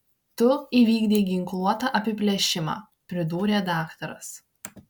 tu įvykdei ginkluotą apiplėšimą pridūrė daktaras